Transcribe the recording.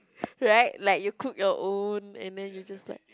right like you cook our own and then you just like